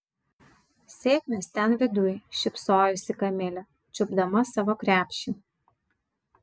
sėkmės ten viduj šypsojosi kamilė čiupdama savo krepšį